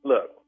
Look